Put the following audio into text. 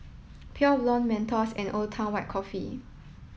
Pure Blonde Mentos and Old Town White Coffee